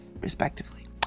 respectively